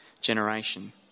generation